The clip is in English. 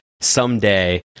someday